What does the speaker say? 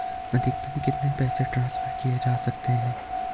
अधिकतम कितने पैसे ट्रांसफर किये जा सकते हैं?